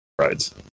rides